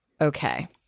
Okay